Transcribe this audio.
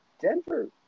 Denver